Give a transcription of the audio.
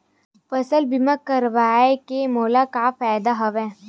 फसल बीमा करवाय के मोला का फ़ायदा हवय?